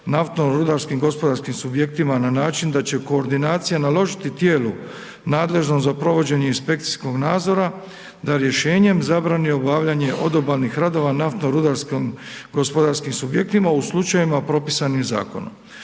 naftno rudarskim gospodarskim subjektima na način da će koordinacija naložiti tijelu nadležnom za provođenje inspekcijskog nadzora da rješenjem zabrani obavljanje odobalnih radova naftno rudarskom gospodarskim subjektima u slučajevima propisanim zakonom.